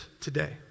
today